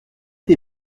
des